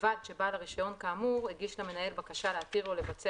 ובלבד שבעל הרישיון כאמור הגיש למנהל בקשה להתיר לו לבצע